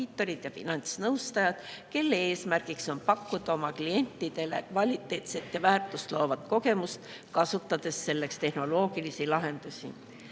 ja finantsnõustajad, kelle eesmärk on pakkuda oma klientidele kvaliteetset ja väärtust loovat kogemust, kasutades selleks tehnoloogilisi lahendusi.